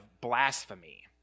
blasphemy